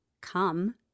come